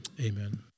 Amen